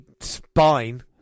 spine